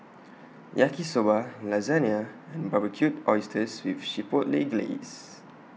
Yaki Soba Lasagna and Barbecued Oysters with Chipotle Glaze